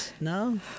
No